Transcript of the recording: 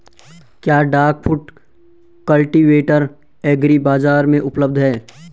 क्या duck foot cultivator agri बाज़ार में उपलब्ध है?